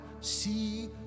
see